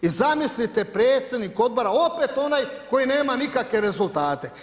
I zamislite predsjednik Odbora opet onaj koji nema nikakve rezultate.